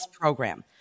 program